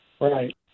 right